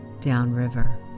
downriver